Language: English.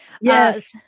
Yes